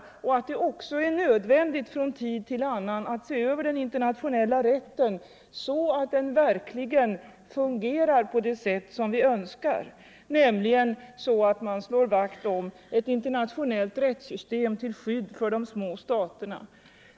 Det är också nödvändigt från tid till annan att se över den internationella rätten så att den verkligen fungerar på det sätt vi önskår, nämligen så att man slår vakt om ett internationellt rättssystem till skydd för de små staterna.